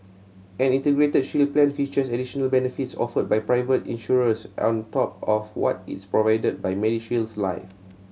an Integrated Shield Plan features additional benefits offered by private insurers on top of what is provided by MediShield Life